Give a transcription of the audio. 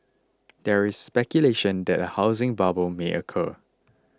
there is speculation that a housing bubble may occur